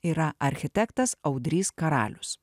yra architektas audrys karalius